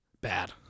Bad